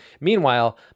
Meanwhile